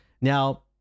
Now